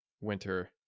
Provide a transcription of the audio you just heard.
winter